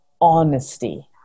honesty